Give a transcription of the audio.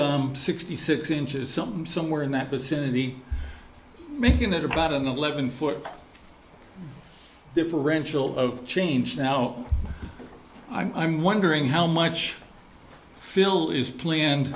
sixty six inches something somewhere in that vicinity making it about an eleven foot differential of change now i'm wondering how much fill is planned